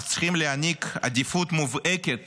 אנחנו צריכים להעניק עדיפות מובהקת